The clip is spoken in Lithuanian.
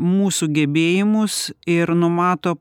mūsų gebėjimus ir numato